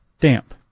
Damp